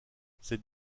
cette